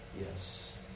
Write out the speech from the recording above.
Yes